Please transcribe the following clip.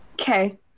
Okay